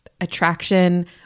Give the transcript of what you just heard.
attraction